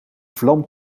vlam